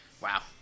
Wow